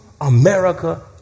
America